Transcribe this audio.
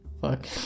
fuck